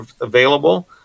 available